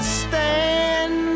stand